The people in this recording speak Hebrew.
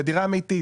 בדירה אמיתית.